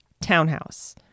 townhouse